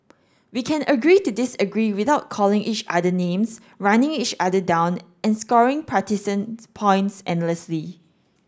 we can agree to disagree without calling each other names running each other down and scoring partisan points endlessly